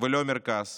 ולא מרכז